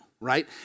right